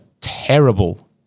terrible